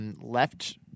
left